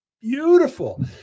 beautiful